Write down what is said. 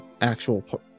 actual